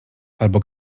albo